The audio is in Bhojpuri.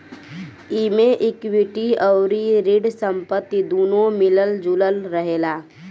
एमे इक्विटी अउरी ऋण संपत्ति दूनो मिलल जुलल रहेला